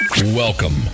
Welcome